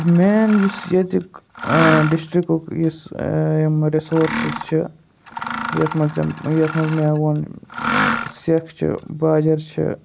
main یُس ییٚتیُک ڈِسٹِرٛکُک یُس یِم رِسورسٕز چھِ یَتھ منٛز یِم یَتھ منٛز مےٚ ووٚن سٮ۪کھ چھِ باجِر چھِ